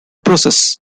process